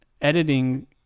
editing